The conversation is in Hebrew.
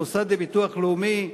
המוסד לביטוח לאומי,